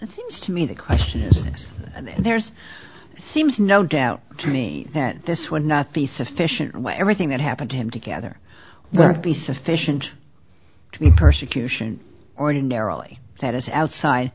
it seems to me the question and there's seems no doubt to me that this would not be sufficient where everything that happened to him together but be sufficient to be persecution ordinarily that is outside